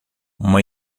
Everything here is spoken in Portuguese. uma